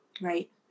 Right